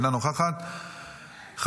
אינה נוכחת,